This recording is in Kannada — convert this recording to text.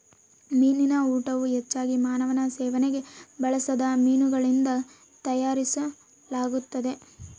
ಮೀನಿನ ಊಟವು ಹೆಚ್ಚಾಗಿ ಮಾನವನ ಸೇವನೆಗೆ ಬಳಸದ ಮೀನುಗಳಿಂದ ತಯಾರಿಸಲಾಗುತ್ತದೆ